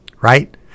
Right